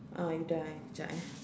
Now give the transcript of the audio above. ah you dah eh jap eh